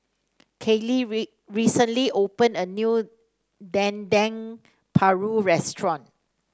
Kaleigh recently opened a new Dendeng Paru Restaurant